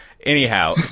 anyhow